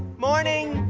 morning.